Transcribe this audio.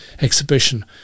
exhibition